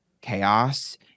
chaos